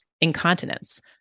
incontinence